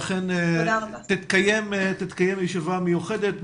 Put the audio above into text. אכן תתקיים ישיבה מיוחדת.